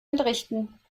entrichten